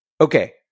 okay